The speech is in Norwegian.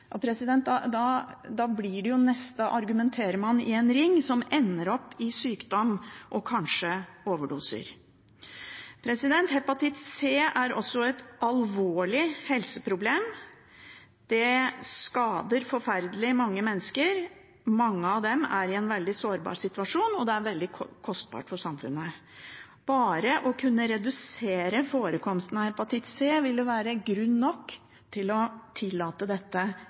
sykdom og kanskje overdoser. Hepatitt C er også et alvorlig helseproblem. Det skader forferdelig mange mennesker. Mange av dem er i en veldig sårbar situasjon, og det er veldig kostbart for samfunnet. Bare å kunne redusere forekomsten av hepatitt C vil være grunn nok til å tillate dette